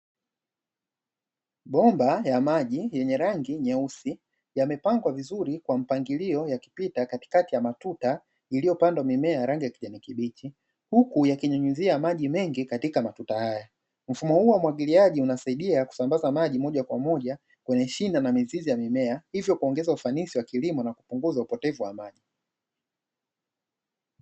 Bomba ya maji yenye rangi nyeusi yamepangwa vizuri kwa mpangilio yakipita katikati ya matuta iliopandwa mimea ya rangi ya kijani kibichi, huku yakinyunyizia maji mengi katika matuta haya. Mfumo huo wa umwagiliaji unasaidia kusambaza maji moja kwa moja kwenye shina na mizizi ya mimea hivyo kuongeza ufanisi wa kilimo na kupunguza upotevu wa maji.